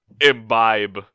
imbibe